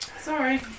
Sorry